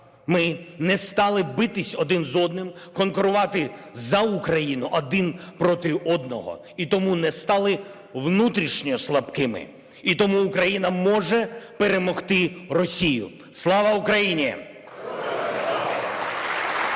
Ми не стали битись один з одним, конкурувати за Україну один проти одного і тому не стали внутрішньо слабкими. І тому Україна може перемогти Росію. Слава Україні!